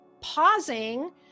pausing